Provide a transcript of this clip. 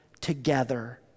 together